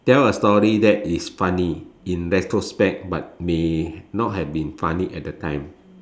tell a story that is funny in retrospect but may not have been funny at the time